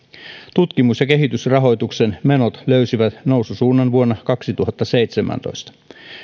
tutkimus ja kehitysrahoituksen menot löysivät noususuunnan vuonna kaksituhattaseitsemäntoista